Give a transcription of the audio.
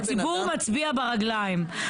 הציבור מצביע ברגליים.